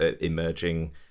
emerging